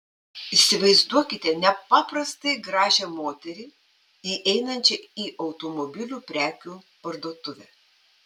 įsivaizduokite nepaprastai gražią moterį įeinančią į automobilių prekių parduotuvę